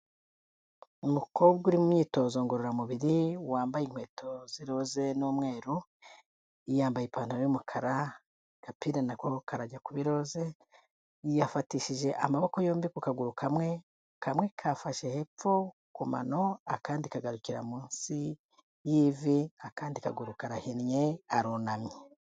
Umukobwa uri imyitozo ngororamubiri, wambaye inkweto z'iroze n'umweru. Yambaye ipantaro y'umukara, agapira nako karajya kuba irose. Yafatishije amaboko yombi ku kaguru kamwe. Kamwe kafashe hepfo ku mano, akandi kagarukira munsi y'ivi. Akandi kaguru karahinnye arunamye.